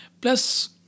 plus